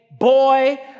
boy